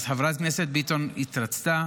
אז חברת הכנסת ביטון התרצתה,